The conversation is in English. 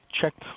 checked